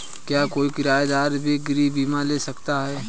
क्या कोई किराएदार भी गृह बीमा ले सकता है?